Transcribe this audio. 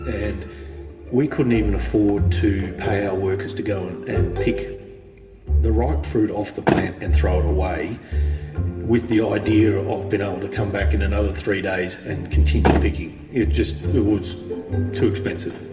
and we couldn't even afford to pay our workers to go and and pick the ripe fruit off the plant and throw it away with the idea of being able um to come back in another three days and continue picking. it just was too expensive.